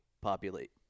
populate